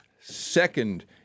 second